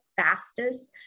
fastest